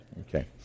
Okay